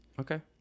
Okay